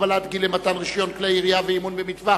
הגבלת גיל למתן רשיון כלי ירייה ולאימון במטווח),